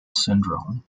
syndrome